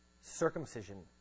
Circumcision